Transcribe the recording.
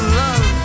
love